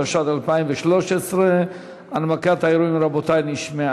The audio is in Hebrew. התשע"ד 2013. הנמקת הערעורים נשמעה.